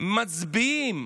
מצביעים